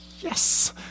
Yes